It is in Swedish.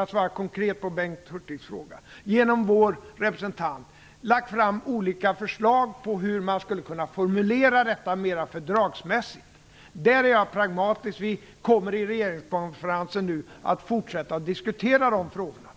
att svara konkret på Bengt Hurtigs fråga kan jag säga att vi i Reflexionsgruppen genom vår representant lagt fram olika förslag på hur man skulle kunna formulera detta mera fördragsmässigt. I det avseendet är jag pragmatisk. Under regeringskonferensen kommer vi att fortsätta att diskutera de frågorna.